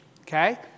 Okay